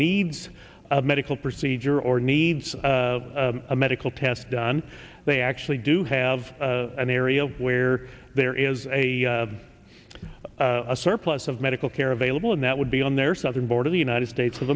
needs a medical procedure or needs a medical test done they actually do have an area where there is a a surplus of medical care available and that would be on their southern border the united states of